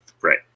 right